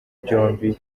byombi